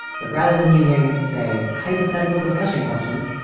but rather than using say, hypothetical discussion questions,